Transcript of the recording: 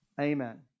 amen